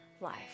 life